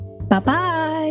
Bye-bye